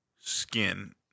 skin